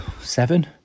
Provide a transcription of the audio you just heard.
seven